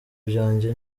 byanjye